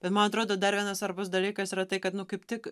bet man atrodo dar vienas svarbus dalykas yra tai kad nu kaip tik